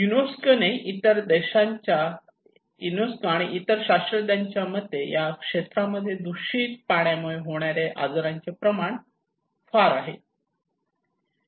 UNESCO आणि इतर शास्त्रज्ञांच्या मते या क्षेत्रामध्ये दूषित पाण्यामुळे होणाऱ्या आजारांचे प्रमाण फार आहे